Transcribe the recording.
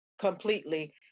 completely